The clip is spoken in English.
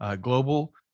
Global